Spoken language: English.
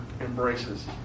embraces